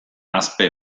aspe